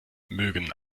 mögen